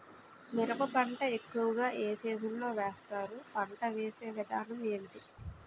మిరప పంట ఎక్కువుగా ఏ సీజన్ లో వేస్తారు? పంట వేసే విధానం ఎంటి?